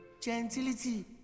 gentility